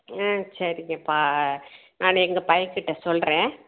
ஆ சரிங்கப்பா நான் எங்கள் பையன் கிட்ட சொல்கிறேன்